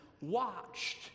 watched